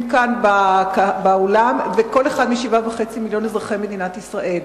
כאן באולם ולכל אחד מ-7.5 מיליוני אזרחי מדינת ישראל.